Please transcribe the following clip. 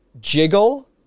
jiggle